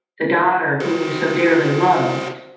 the daughter whom you so dearly loved,